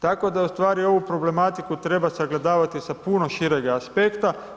Tako da u stvari ovu problematiku treba sagledavati sa puno širega aspekta.